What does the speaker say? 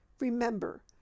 Remember